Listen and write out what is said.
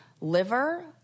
liver